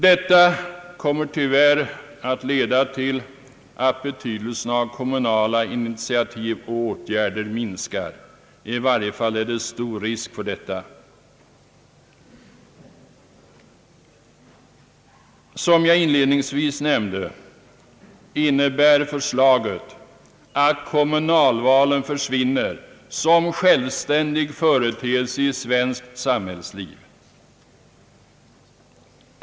Detta kommer tyvärr att leda till att betydelsen av kommunala initiativ och åtgärder minskar — i varje fall föreligger stor risk för detta. Som jag inledningsvis nämnde innebär förslaget att kommunalvalen försvinner som självständig företeelse i svenskt samhällsliv.